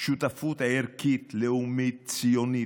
שותפות ערכית, לאומית, ציונית,